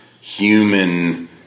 human